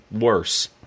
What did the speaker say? worse